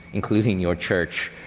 including your church,